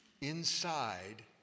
inside